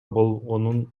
болгонун